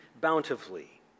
bountifully